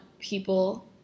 people